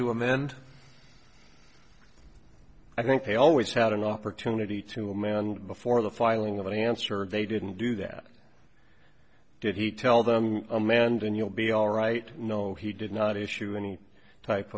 to amend i think they always had an opportunity to amend before the filing of an answer they didn't do that did he tell them amanda and you'll be all right no he did not issue any type